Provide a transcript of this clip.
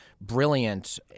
brilliant